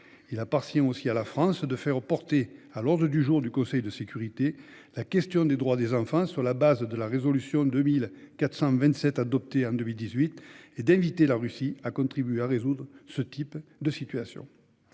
Il appartient aussi à la France de faire inscrire à l'ordre du jour du Conseil de sécurité la question des droits des enfants, sur la base de la résolution 2427 adoptée en 2018, et d'inviter la Russie à contribuer à résoudre ce type de situation.